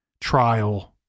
trial